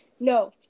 No